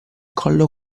collo